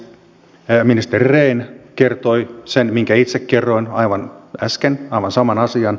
ministeri rehn kertoi sen minkä itse kerroin aivan äsken aivan saman asian